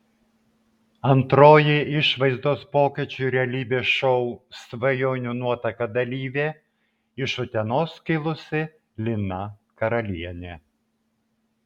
antroji išvaizdos pokyčių realybės šou svajonių nuotaka dalyvė iš utenos kilusi lina karalienė